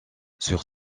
sur